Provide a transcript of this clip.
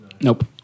Nope